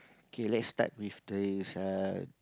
K let's start with this uh